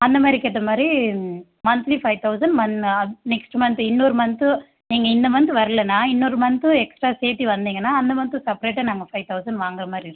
அந்த மாதிரிக்கேத்த மாதிரி மன்த்லி ஃபைவ் தௌசண்ட் மன் நெக்ஸ்ட் மன்த்து இன்னொரு மன்த்து நீங்கள் இந்த மன்த் வரலன்னா இன்னொரு மன்த்தும் எக்ஸ்ட்டா சேர்த்தி வந்தீங்கன்னா அந்த மன்த்தும் செப்பரேட்டா நாங்கள் பைவ் தௌசண்ட் வாங்குகிற மாதிரி இருக்கும்